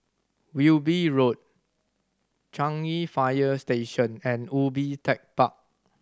Wilby Road Changi Fire Station and Ubi Tech Park